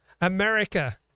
America